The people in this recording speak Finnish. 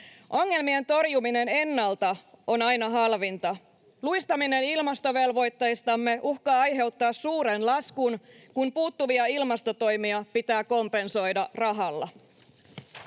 Ongelmien torjuminen ennalta on aina halvinta. Luistaminen ilmastovelvoitteistamme uhkaa aiheuttaa suuren laskun, kun puuttuvia ilmastotoimia pitää kompensoida rahalla.